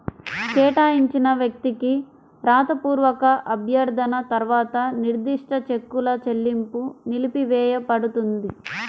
కేటాయించిన వ్యక్తికి రాతపూర్వక అభ్యర్థన తర్వాత నిర్దిష్ట చెక్కుల చెల్లింపు నిలిపివేయపడుతుంది